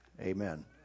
Amen